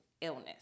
illness